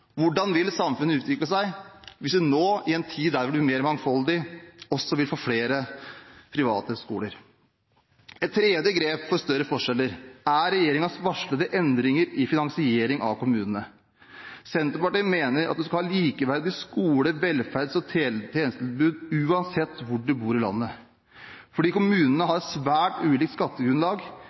Hvordan vil samfunnet utvikle seg hvis vi nå, i en tid der det blir mer mangfold, også får flere private skoler? Et tredje grep for større forskjeller er regjeringens varslede endringer i finansieringen av kommunene. Senterpartiet mener at en skal ha et likeverdig skole-, velferds- og tjenestetilbud uansett hvor en bor i landet. Fordi kommunene har svært ulikt skattegrunnlag,